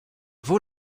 vaut